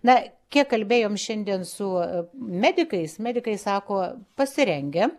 na kiek kalbėjom šiandien su medikais medikai sako pasirengę